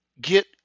get